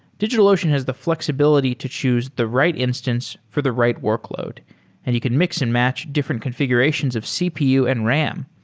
digitalocean has the fl exibility to choose the right instance for the right workload and he could mix-and-match different confi gurations of cpu and ram.